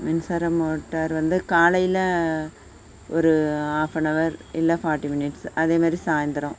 மின்சாரம் மோட்டார் வந்து காலையில் ஒரு ஆஃப்பனவர் இல்லை ஃபார்ட்டி மினிட்ஸ் அதே மாரி சாயந்தரம்